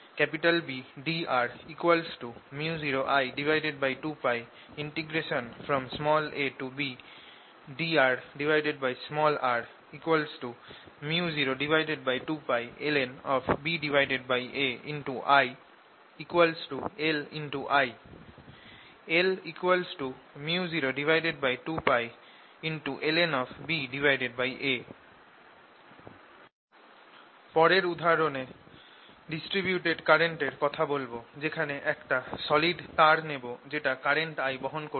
abBdr µ02πIabdrr µ02π ln⁡I LI L µ02π ln⁡ পরের উদাহরণে distributed current এর কথা বলব যেখানে একটা সলিড তার নেব যেটা কারেন্ট I বহন করছে